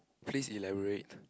please elaborate